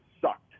sucked